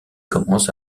commence